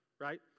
right